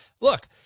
look